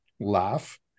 laugh